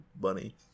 bunny